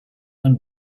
and